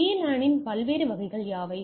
எனவே VLAN இன் பல்வேறு வகைகள் யாவை